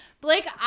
Blake